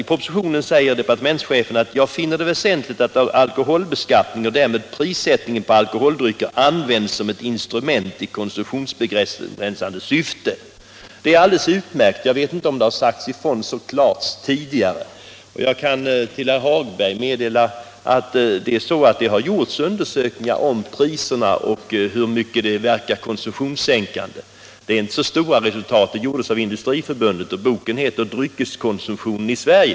I propositionen säger departementschefen: ”Jag finner det väsentligt att alkoholbeskattningen och därmed prissättningen på alkoholdrycker används som ett instrument i konsumtionsbegränsande syfte.” Det är alldeles utmärkt — jag vet inte om detta tidigare har sagts ifrån så klart. Jag kan meddela herr Hagberg i Borlänge att det har gjorts undersökningar om hur mycket prisökningar verkar konsumtionssänkande. Effekten är inte särskilt stor. Denna undersökning gjordes av Industriförbundet och publicerades i boken Dryckeskonsumtionen i Sverige.